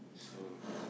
so